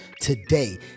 today